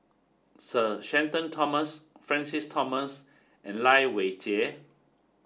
sir Shenton Thomas Francis Thomas and Lai Weijie